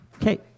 Okay